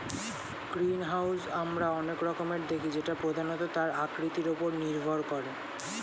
greenhouse আমরা অনেক রকমের দেখি যেটা প্রধানত তার আকৃতির ওপর নির্ভর করে